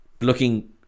looking